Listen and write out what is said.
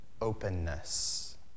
openness